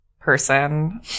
person